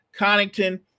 Connington